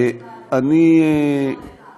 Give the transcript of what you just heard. בגלל זה,